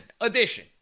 edition